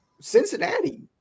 Cincinnati